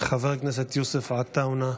חבר הכנסת יוסף עטאונה,